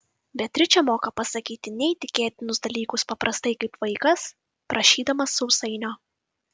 beatričė moka pasakyti neįtikėtinus dalykus paprastai kaip vaikas prašydamas sausainio